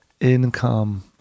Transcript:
income